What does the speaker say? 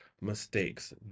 mistakes